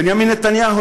בנימין נתניהו,